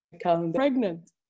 pregnant